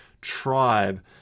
tribe